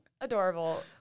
adorable